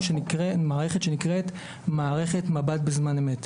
מערכת שנקראת מערכת מב"ד בזמן אמת.